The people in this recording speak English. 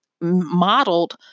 modeled